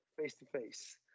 face-to-face